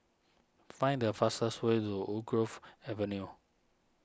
find the fastest way to Woodgrove Avenue